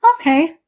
Okay